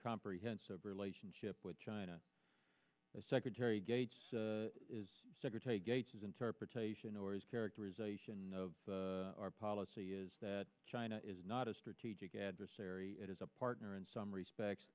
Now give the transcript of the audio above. comprehensive relationship with china as secretary gates secretary gates is interpretation or his characterization of our policy is that china is not a strategic adversary it is a partner in some respects